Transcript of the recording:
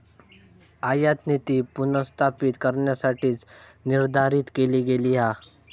आयातनीती पुनर्स्थापित करण्यासाठीच निर्धारित केली गेली हा